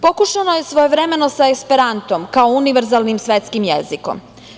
Pokušano je svojevremeno sa esperantom kao univerzalnim svetskim jezikom.